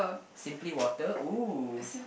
simply water oh